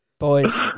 Boys